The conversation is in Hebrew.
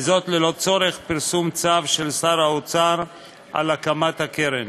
וזאת ללא צורך פרסום צו של שר האוצר על הקמת הקרן.